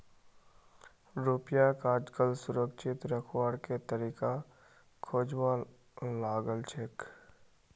रुपयाक आजकल सुरक्षित रखवार के तरीका खोजवा लागल छेक